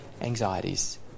anxieties